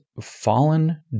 fallen